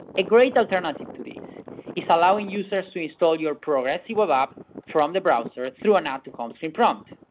a great alternative to this is allowing users to install your progressive web app from the browser through an add to home screen prompt.